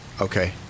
Okay